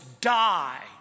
die